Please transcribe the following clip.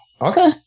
okay